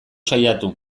saiatu